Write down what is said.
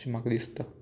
अशें म्हाका दिसता